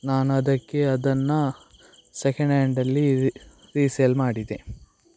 ನಾನು ಅದಕ್ಕೆ ಅದನ್ನು ಸೆಕೆಂಡ್ ಹ್ಯಾಂಡಲ್ಲಿ ರೀಸೇಲ್ ಮಾಡಿದೆ